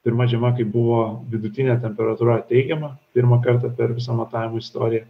pirma žiema kai buvo vidutinė temperatūra teigiama pirmą kartą per visą matavimų istoriją